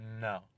No